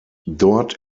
dort